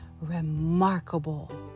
remarkable